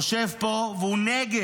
יושב פה, והוא נגד.